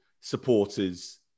supporters